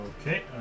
Okay